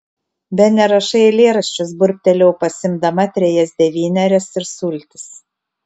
bene rašai eilėraščius burbtelėjau pasiimdama trejas devynerias ir sultis